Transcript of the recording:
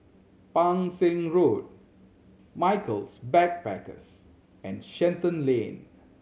Pang Seng Road Michaels Backpackers and Shenton Lane